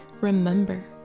remember